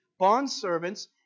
bondservants